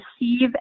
receive